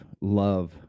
love